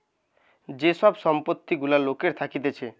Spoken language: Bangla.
যে সব সম্পত্তি গুলা লোকের থাকতিছে